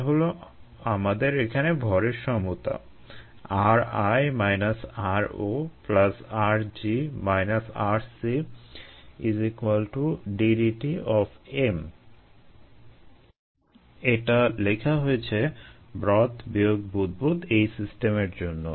এটা হলো আমাদের এখানে ভরের সমতা এটা লেখা হয়েছে ব্রথ বিয়োগ বুদবুদ এই সিস্টেমের জন্য